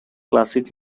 classic